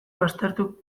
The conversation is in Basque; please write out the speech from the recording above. baztertu